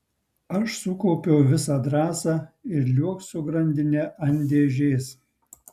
aš sukaupiau visą drąsą ir liuokt su grandine ant dėžės